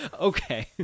Okay